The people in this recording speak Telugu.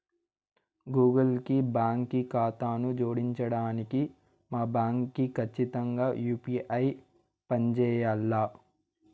గూగుల్ కి బాంకీ కాతాను జోడించడానికి మా బాంకీ కచ్చితంగా యూ.పీ.ఐ పంజేయాల్ల